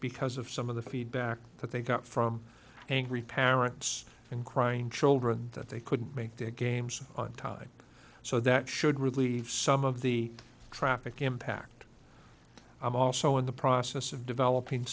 because of some of the feedback that they got from angry parents and crying children that they couldn't make their games on time so that should really some of the traffic impact i'm also in the process of developing